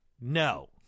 No